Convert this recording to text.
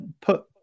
put